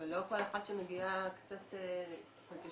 אבל לא כל אחת שמגיעה קצת זאת אומרת,